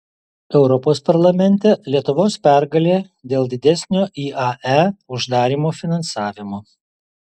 europos parlamente lietuvos pergalė dėl didesnio iae uždarymo finansavimo